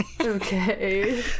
Okay